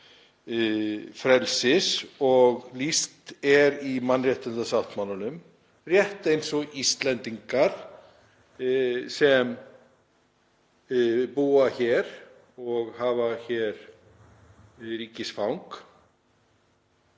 frelsis og lýst er í mannréttindasáttmálanum, rétt eins og Íslendingar sem búa hér og hafa hér ríkisfang.